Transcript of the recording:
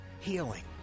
healing